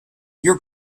your